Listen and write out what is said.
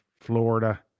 Florida